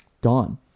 gone